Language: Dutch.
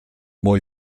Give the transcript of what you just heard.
mooi